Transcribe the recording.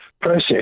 process